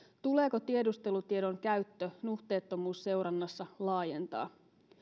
tuleeko tiedustelutiedon käyttöä nuhteettomuusseurannassa laajentaa